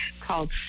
called